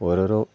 ഓരോരോ